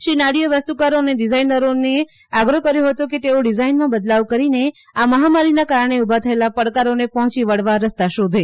શ્રી નાયડુએ વાસ્તુકારો અને ડિઝાઇનરોથી આગ્રહ કર્યો કે તેઓ ડિઝાઇનમાં બદલાવ કરીને આ મહામારીના કારણે ઊભા થયેલા પડકારોને પહોંચી વળવા રસ્તો શોધે